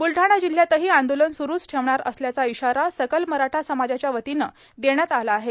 बुलढाणा जिल्ह्यातही आंदोलन सुरूच ठेवणार असल्याचा इशारा सकल मराठा समाजाच्या वतीनं देण्यात आला आहे